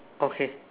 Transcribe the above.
okay